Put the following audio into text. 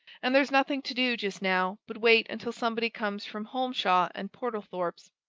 and there's nothing to do, just now, but wait until somebody comes from holmshaw and portlethorpe's.